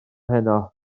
heno